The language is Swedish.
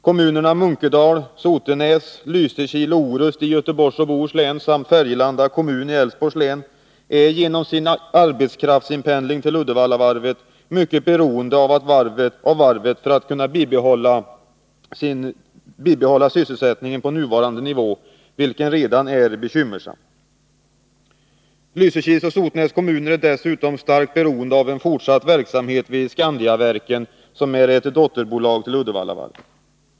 Kommunerna Munkedal, Sotenäs, Lysekil och Orust i Göteborgs och Bohus län samt Färgelanda kommun i Älvsborgs län är genom arbetskraftspendlingen till Uddevallavarvet mycket beroende av varvet för att kunna bibehålla sysselsättningen på nuvarande nivå, vilken redan är bekymmersam. Lysekils och Sotenäs kommuner är dessutom starkt beroende av en fortsatt verksamhet vid Skandiaverken, som är ett dotterbolag till Uddevallavarvet.